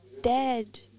dead